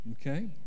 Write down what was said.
okay